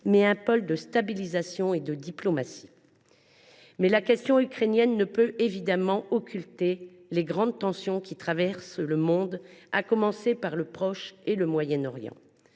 mais un pôle de stabilisation et de diplomatie. La question ukrainienne ne peut évidemment occulter les grandes tensions qui traversent le monde, à commencer par le Proche Orient et le Moyen Orient.